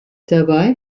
dabei